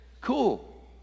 cool